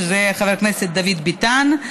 שזה חבר הכנסת דוד ביטן,